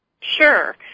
Sure